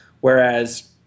Whereas